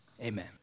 Amen